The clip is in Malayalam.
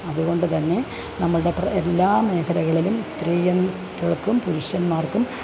അതുകൊണ്ടുതന്നെ നമ്മളുടെ പ്ര എല്ലാ മേഖലകളിലും സ്ത്രീയെൻ പേർക്കും പുരുഷന്മാർക്കും